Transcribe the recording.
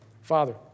Father